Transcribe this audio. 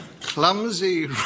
Clumsy